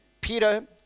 Peter